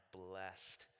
blessed